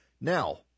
Now